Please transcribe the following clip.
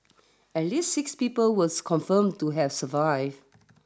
at least six people was confirmed to have survived